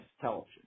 television